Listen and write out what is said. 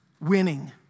Winning